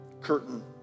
curtain